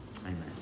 Amen